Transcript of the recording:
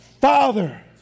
father